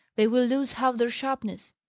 they will lose half their sharpness.